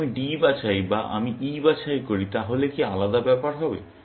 যদি আমি D বাছাই বা আমি E বাছাই করি তাহলে কি আলাদা ব্যাপার হবে